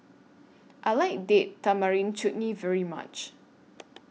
I like Date Tamarind Chutney very much